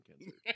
cancer